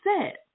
set